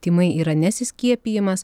tymai yra nesiskiepijamas